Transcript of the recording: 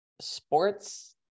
sports